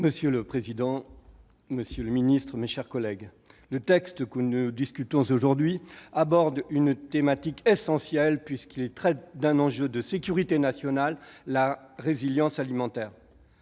Monsieur le président, monsieur le ministre, mes chers collègues, le texte dont nous discutons aujourd'hui aborde une thématique essentielle, puisqu'il traite d'un enjeu de sécurité nationale : la résilience alimentaire.